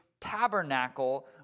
tabernacle